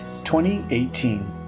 2018